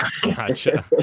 Gotcha